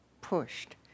pushed